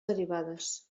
derivades